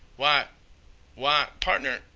why why, pardner,